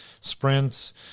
sprints